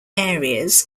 areas